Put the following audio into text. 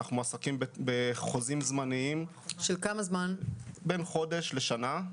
אנחנו מועסקים בחוזים זמניים של בין חודש לשנה.